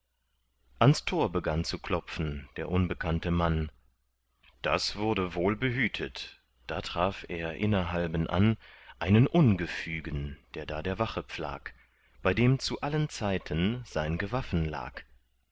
ans tor begann zu klopfen der unbekannte mann das würde wohl behütet da traf er innerhalben an einen ungefügen der da der wache pflag bei dem zu allen zeiten sein gewaffen lag